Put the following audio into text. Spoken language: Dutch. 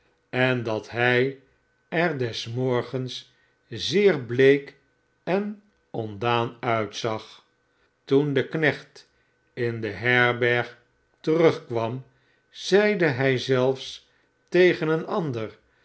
en dat hij er des morgens zeer bleek en ontdaan uitzag toen de knecht in de herberg terugkwam zeide hij zelfs tegen een ander